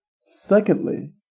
Secondly